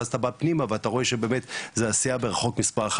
ואז אתה בא פנימה ואתה רואה שזאת הסיעה מספר אחת,